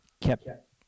kept